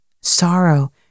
sorrow